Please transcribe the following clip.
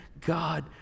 God